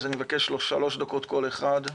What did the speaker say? אז אני מבקש שלוש דקות כל אחד.